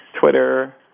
Twitter